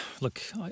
look